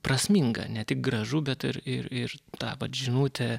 prasminga ne tik gražu bet ir ir ir ta vat žinutė